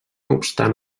obstant